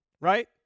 right